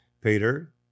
Peter